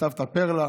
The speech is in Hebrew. סבתא פרלה,